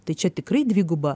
tai čia tikrai dviguba